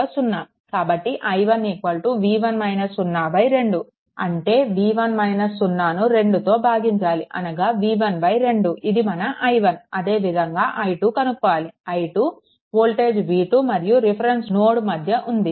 కాబట్టి i1 v1 - 02 అంటే V1 - 0 ను 2 తో భాగించాలి అనగా V12 ఇది మన i1 అదే విధంగా i2 కనుక్కోవాలి i2 వోల్టేజ్ V2 మరియు రిఫరెన్స్ నోడ్ మధ్య ఉంది